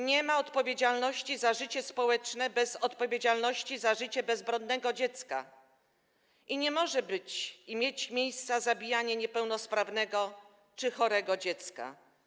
Nie ma odpowiedzialności za życie społeczne bez odpowiedzialności za życie bezbronnego dziecka i nie może mieć miejsca zabijanie niepełnosprawnego czy chorego dziecka.